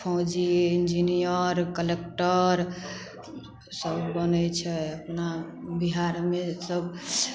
फौजी engineer collector सब बनै छै अपना बिहारमे सभ